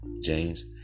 James